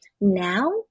now